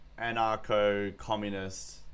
anarcho-communist